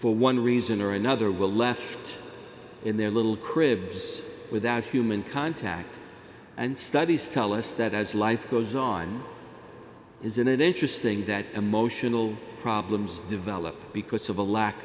for one reason or another will left in their little cribs without human contact and studies tell us that as life goes on isn't it interesting that emotional problems develop because of a lack